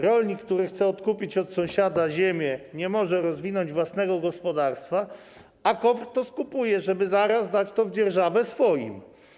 Rolnik, który chce odkupić od sąsiada ziemię, nie może rozwinąć własnego gospodarstwa, a KOWR to skupuje, żeby zaraz dać to w dzierżawę swoim.